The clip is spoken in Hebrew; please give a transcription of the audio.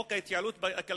חוק ההתייעלות הכלכלית,